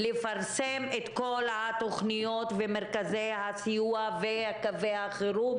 לפרסם את כל התוכניות ומרכזי הסיוע וקווי החירום